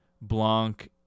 blanc